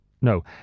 No